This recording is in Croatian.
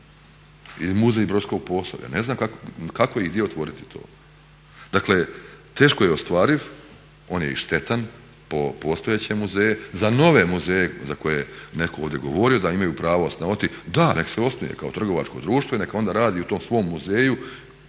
Muzej Brodskog posavlja ne znam kako i gdje otvoriti to. Dakle, teško je ostvariv, on je i štetan po postojeće muzeje, za nove muzeje za koje je neko ovdje govorio da imaju pravo osnovati da nek se osnuje kao trgovačko društvo i neka onda radi u tom svom muzeju